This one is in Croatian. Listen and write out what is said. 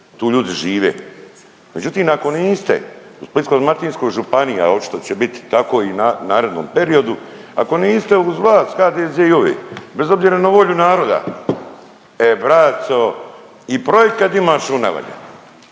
Tu ljudi žive. Međutim ako niste u Splitsko-dalmatinskoj županiji, a očito će bit tako i narednom periodu. Ako niste uz vlast HDZ i ove bez obzira na volju naroda, e braco i projekt kad imaš on ne valja.